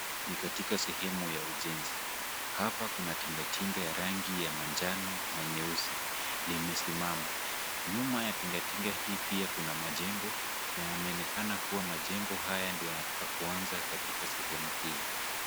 Ni katika sehemu ya ujenzi. Hapa kuna tinga tinga ya rangi ya manjano na nyeusi limesimama. Nyuma ya tinga tinga hii pia kuna majengo na yanaonekana kuwa majengo haya ndio yanataka kuanza katika sehemu hii.